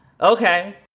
Okay